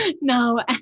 No